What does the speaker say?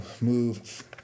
move